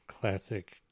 classic